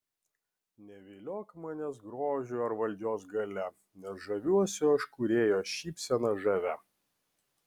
neviliok manęs grožiu ar valdžios galia nes žaviuosi aš kūrėjo šypsena žavia